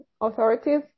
authorities